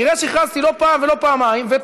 תראה שהכרזתי לא פעם ולא פעמיים,